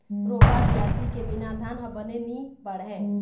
रोपा, बियासी के बिना धान ह बने नी बाढ़य